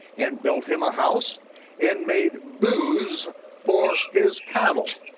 and built him a house and made booze for his cattle.